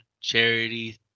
charity